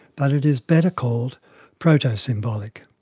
but it is better called proto-symbolic.